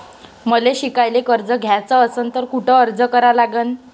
मले शिकायले कर्ज घ्याच असन तर कुठ अर्ज करा लागन?